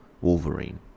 Wolverine